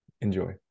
enjoy